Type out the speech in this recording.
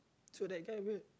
so that guy w~